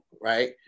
right